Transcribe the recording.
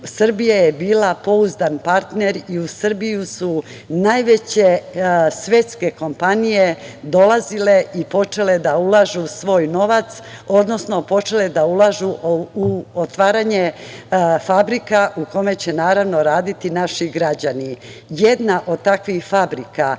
Srbija bila pouzdan partner i u Srbiju su najveće svetske kompanije dolazile i počele da ulažu svoj novac, odnosno počele da ulažu u otvaranje fabrika u kojima će raditi naši građani. Jedna od takvih fabrika